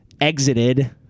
exited